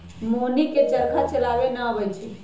मोहिनी के चरखा चलावे न अबई छई